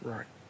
Right